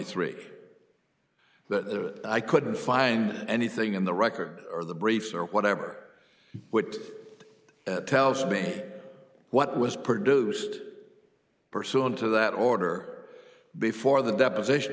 three that i couldn't find anything in the record or the briefs or whatever would tells me what was produced pursuant to that order before the deposition